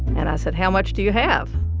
and i said, how much do you have?